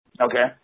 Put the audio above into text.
Okay